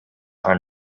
are